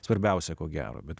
svarbiausia ko gero bet